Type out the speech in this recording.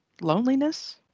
loneliness